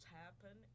happen